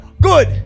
Good